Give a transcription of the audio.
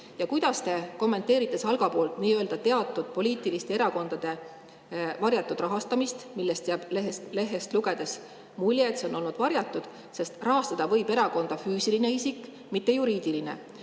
Kuidas te kommenteerite Salga poolt nii-öelda teatud poliitiliste erakondade varjatud rahastamist? Lehest lugedes jääb mulje, et see on olnud varjatud, sest rahastada võib erakonda füüsiline isik, mitte juriidiline.